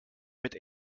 mit